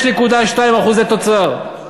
5.2% תוצר.